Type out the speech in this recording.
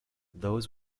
those